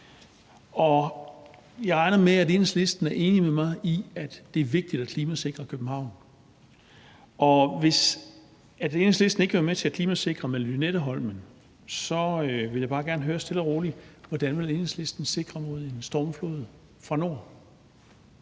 Jeg regner med, at Enhedslisten er enig med mig i, at det er vigtigt at klimasikre København. Og hvis Enhedslisten ikke vil være med til at klimasikre med Lynetteholmen, vil jeg bare gerne stille og roligt høre: Hvordan vil Enhedslisten sikre København mod en stormflod fra nord?